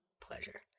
pleasure